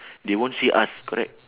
they won't see us correct